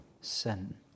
sin